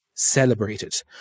Celebrated